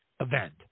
event